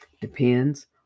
Depends